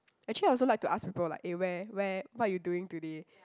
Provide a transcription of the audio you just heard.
actually I also like to ask people like eh where where what you doing today